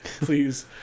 please